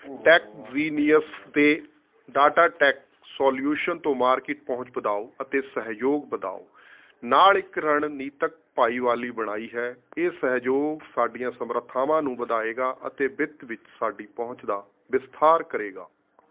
ਡੈਕਜ਼ੀਨੀਅਸ ਨੇ Datatech solution ਤੋਂ market ਪਹੁੰਚ ਵਧਾਓ ਅਤੇ ਸਹਿਯੋਗ ਵਧਾਓ ਨਾਲ ਇੱਕ ਰਣਨੀਤਿਕ ਭਾਈਵਾਲੀ ਬਣਾਈ ਹੈ ਇਹ ਸਹਿਯੋਗ ਸਾਡੀਆਂ ਸਮਰੱਥਾਵਾਂ ਨੂੰ ਵਧਾਵੇਗਾ ਅਤੇ ਵਿੱਤ ਵਿੱਚ ਸਾਡੀ ਪਹੁੰਚ ਦਾ ਵਿਸਥਾਰ ਕਰੇਗਾ